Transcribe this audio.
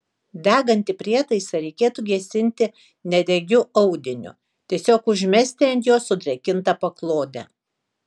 degantį prietaisą reikėtų gesinti nedegiu audiniu tiesiog užmesti ant jo sudrėkintą paklodę